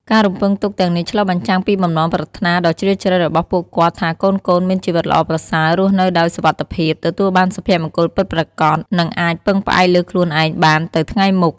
ការរំពឹងទុកទាំងនេះឆ្លុះបញ្ចាំងពីបំណងប្រាថ្នាដ៏ជ្រាលជ្រៅរបស់ពួកគាត់ថាកូនៗ មានជីវិតល្អប្រសើរ រស់នៅដោយសុវត្ថិភាព ទទួលបានសុភមង្គលពិតប្រាកដ និងអាចពឹងផ្អែកលើខ្លួនឯងបានទៅថ្ងៃមុខ។